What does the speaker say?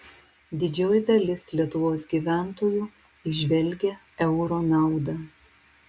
didžioji dalis lietuvos gyventojų įžvelgia euro naudą